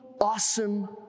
awesome